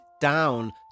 down